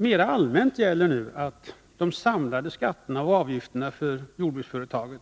Mera allmänt gäller nu att de samlade skatterna och avgifterna för ett jordbruksföretag